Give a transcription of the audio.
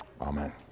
Amen